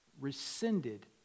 rescinded